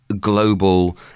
global